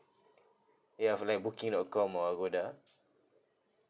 ya for like booking dot com or agoda